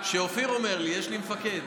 כשאופיר אומר לי, יש לי מפקד.